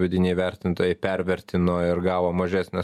vidiniai vertintojai pervertino ir gavo mažesnę